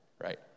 Right